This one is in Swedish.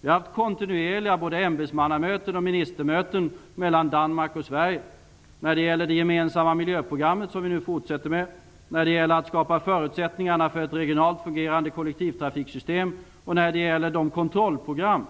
Vi har kontinuerligt haft både ämbetsmanna och ministermöten i samarbetet mellan Danmark och Sverige när det gäller det gemensamma miljöprogrammet, som vi fortsätter med, när det gäller att skapa förutsättningar för ett regionalt fungerande kollektivtrafiksystem och när det gäller de kontrollprogram